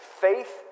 faith